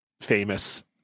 famous